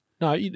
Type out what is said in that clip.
No